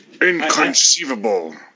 Inconceivable